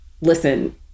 listen